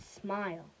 smile